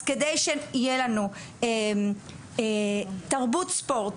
אז כדי שיהיה לנו תרבות ספורט,